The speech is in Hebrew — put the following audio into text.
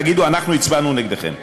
תגידו: אנחנו הצבענו נגדכם.